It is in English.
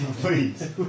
please